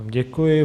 Děkuji.